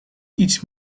iets